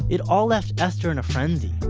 it all left esther in a frenzy.